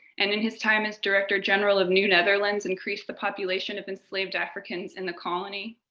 and in his time as director general of new netherlands, increased the population of enslaved africans in the colony,